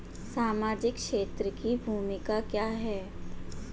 सामाजिक क्षेत्र की भूमिका क्या है?